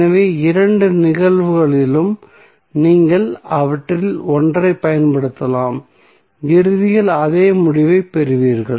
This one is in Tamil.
எனவே இரண்டு நிகழ்வுகளிலும் நீங்கள் அவற்றில் ஒன்றைப் பயன்படுத்தலாம் இறுதியில் அதே முடிவைப் பெறுவீர்கள்